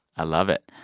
i love it.